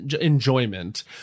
enjoyment